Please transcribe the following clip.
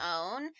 own